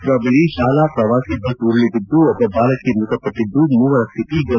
ಮರ ಬಳಿ ಶಾಲಾ ಪ್ರವಾಸಿ ಬಸ್ ಉರುಳಿ ಬಿದ್ದು ಒಬ್ಬ ಬಾಲಕಿ ಮೃತಪಟ್ಟಿದ್ದು ಮೂವರ ಶ್ಮಿತಿ ಗಂಭಿರವಾಗಿದೆ